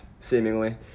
seemingly